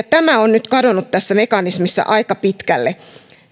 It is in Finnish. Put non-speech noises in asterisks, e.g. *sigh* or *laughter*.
*unintelligible* tämä on nyt kadonnut tästä mekanismista aika pitkälle